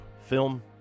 film